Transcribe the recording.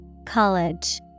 College